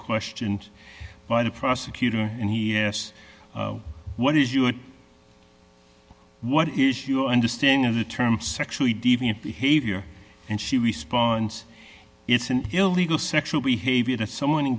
questioned by the prosecutor and he asks what do you what is your understanding of the term sexually deviant behavior and she responds it's an illegal sexual behavior that someone